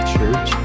Church